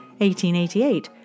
1888